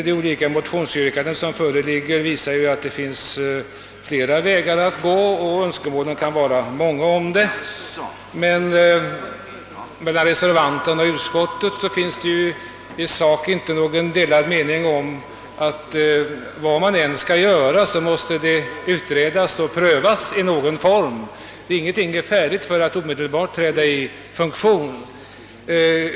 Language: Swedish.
De olika motionsyrkanden som föreligger visar att det finns flera vägar att gå. Önskemålen kan alltså vara många, men mellan reservanterna och utskottsmajoriteten finns det i sak inte någon delad mening om att vad man än skall göra måste frågan utredas och prövas i någon form. Ingenting är färdigt att omedelbart träda i funktion.